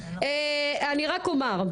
אני רק אומר,